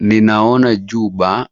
Ninaona juba